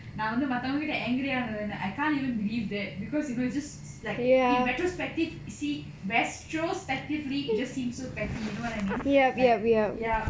நா வந்து மத்தவங்க கிட்ட:naa vanthu mathavanga kitta angrier ஆனது:aanadhu I can't even believe that because you know it's just so like in retrospective retrospectively it just seemed so petty you know what I mean like yup